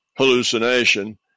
hallucination